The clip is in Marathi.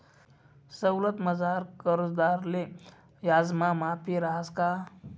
सवलतमझार कर्जदारले याजमा माफी रहास का?